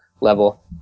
level